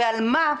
ועל מה.